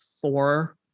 four